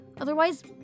Otherwise